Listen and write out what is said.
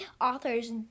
authors